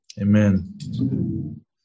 Amen